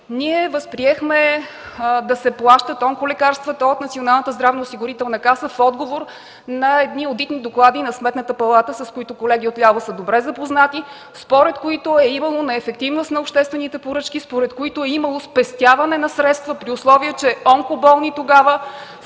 Ние възприехме да се плащат онколекарствата от Националната здравноосигурителна каса в отговор на одитни доклади на Сметната палата, с които колеги отляво са добре запознати, според които е имало неефективност на обществените поръчки, според които е имало спестяване на средства, при условие че онкоболни тогава са